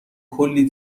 کلّی